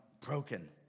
broken